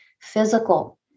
physical